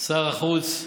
שר החוץ.